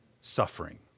suffering